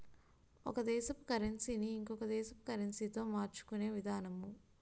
ఒక దేశపు కరన్సీ ని ఇంకొక దేశపు కరెన్సీతో మార్చుకునే విధానము